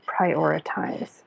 prioritize